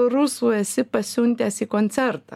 rusų esi pasiuntęs į koncertą